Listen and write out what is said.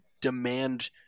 demand